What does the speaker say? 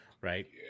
right